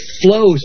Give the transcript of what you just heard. flows